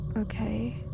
Okay